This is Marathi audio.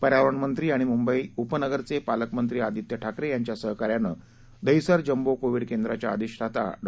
पर्यावरणमंत्री आणि मुंबई उपनगरचे पालकमंत्री आदित्य ठाकरे यांच्या सहकार्यानं दहिसर जम्बो कोविड केंद्राच्या अधिष्ठाता डॉ